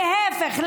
להפך,